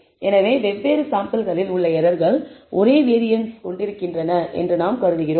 எனவே வெவ்வேறு சாம்பிள்களில் உள்ள எரர்கள் ஒரே வேரியன்ஸ் கொண்டிருக்கின்றன என்று நாங்கள் கருதுகிறோம்